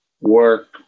work